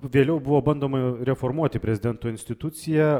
vėliau buvo bandoma reformuoti prezidento instituciją